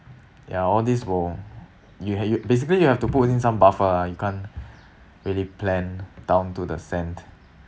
ya all these will you you have basically you have to put in some buffer ah you can't really plan down to the cent